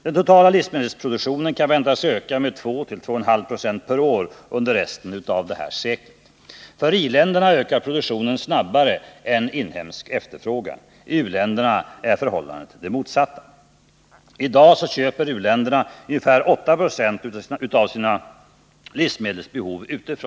Den totala livsmedelsproduktionen kan väntas öka med 2-2,5 Jo per år under resten av detta sekel. För i-länderna ökar produktionen snabbare än den inhemska efterfrågan. I u-länderna är förhållandet det motsatta. I dag tillgodoser u-länderna ungefär 8 20 av livsmedelsbehovet genom import.